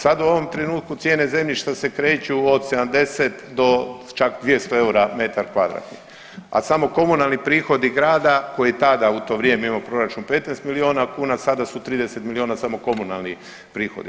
Sad u ovom trenutku cijene zemljišta se kreću od 70 do čak 200 eura metar kvadratni, a samo komunalni prihodi grada koji je tada u to vrijeme imao proračun 15 milijuna kuna sada su 30 milijuna samo komunalni prihodi.